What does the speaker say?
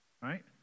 right